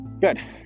Good